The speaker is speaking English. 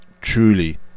truly